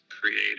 creator